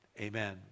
amen